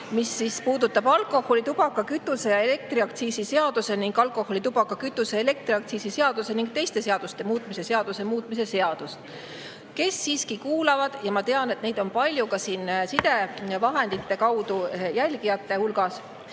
mis puudutab alkoholi-, tubaka-, kütuse- ja elektriaktsiisi seaduse ning alkoholi-, tubaka-, kütuse- ja elektriaktsiisi seaduse ning teiste seaduste muutmise seaduse muutmise seadust. Neile, kes siiski kuulavad – ma tean, et neid on palju ka sidevahendite kaudu jälgijate hulgas